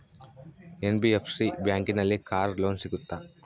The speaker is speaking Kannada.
ಎನ್.ಬಿ.ಎಫ್.ಸಿ ಬ್ಯಾಂಕಿನಲ್ಲಿ ಕಾರ್ ಲೋನ್ ಸಿಗುತ್ತಾ?